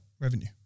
revenue